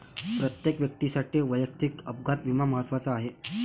प्रत्येक व्यक्तीसाठी वैयक्तिक अपघात विमा महत्त्वाचा आहे